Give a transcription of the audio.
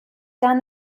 down